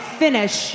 finish